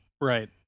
Right